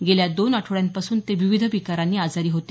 गेल्या दोन आठवड्यांपासून ते विविध विकारांनी आजारी होते